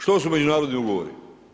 Što su međunarodni ugovori?